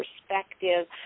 perspective